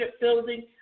building